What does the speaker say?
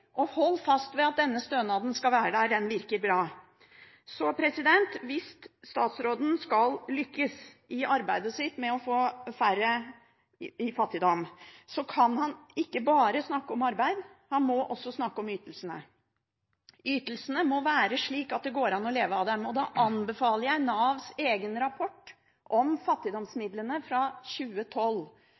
å holde fast ved at denne stønaden skal være der. Den virker bra. Hvis statsråden skal lykkes i arbeidet sitt med å få færre i fattigdom, kan han ikke bare snakke om arbeid, han må også snakke om ytelsene. Ytelsene må være slik at det går an å leve av dem. Da anbefaler jeg Navs egen rapport om fattigdomsmidlene fra 2012,